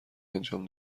انجام